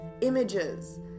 images